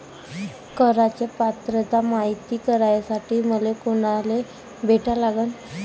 कराच पात्रता मायती करासाठी मले कोनाले भेटा लागन?